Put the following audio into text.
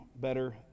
better